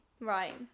right